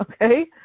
okay